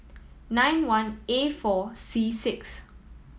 nine one A four C six